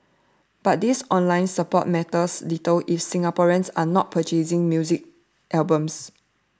but this online support matters little if Singaporeans are not purchasing music albums